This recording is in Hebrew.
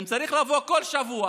צריך לבוא כל שבוע